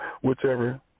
whichever